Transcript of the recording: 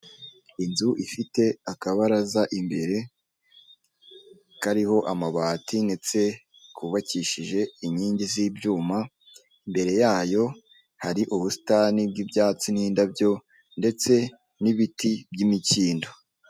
Inzu ifite akabaraza imbere kariho amabati ndetse kubakishije inkingi z'ibyuma, imbere yayo hari ubusitani bw'ibyatsi n'indabyo ndetse n'ibiti by'imikindo.